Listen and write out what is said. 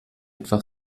etwa